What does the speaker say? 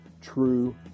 true